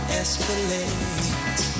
escalate